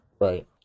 Right